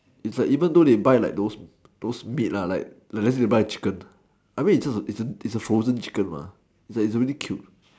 it's like even though they buy like those those meat lah like they buy chicken I mean it's a it's a frozen chicken mah it's like it's already killed